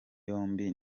yombi